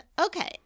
Okay